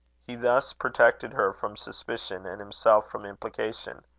he thus protected her from suspicion, and himself from implication.